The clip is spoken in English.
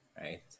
right